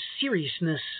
seriousness